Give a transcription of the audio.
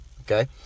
okay